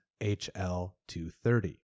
HL-230